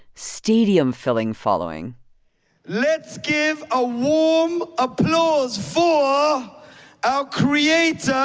stadium-filling following let's give a warm applause for our creator,